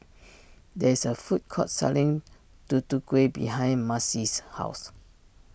there is a food court selling Tutu Kueh behind Macey's house